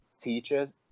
teachers